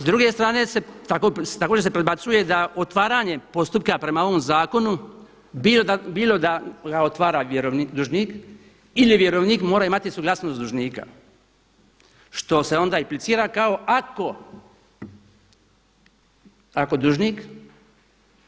S druge strane također se prebacuje da otvaranje postupka prema ovom zakonu bilo da ga otvara dužnik ili vjerovnik mora imati suglasnost dužnika što se onda implicira kao ako dužnik